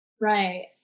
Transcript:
Right